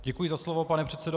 Děkuji za slovo, pane předsedo.